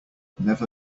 never